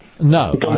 No